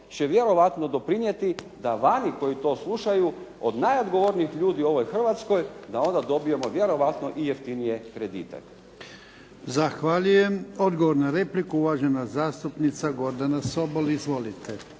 će vjerojatno doprinijeti da vani koji to slušaju od najodgovornijih ljudi u ovoj Hrvatskoj da onda dobijemo vjerojatno i jeftinije kredite. **Jarnjak, Ivan (HDZ)** Zahvaljujem. Odgovor na repliku uvažena zastupnica Gordana Sobol. Izvolite.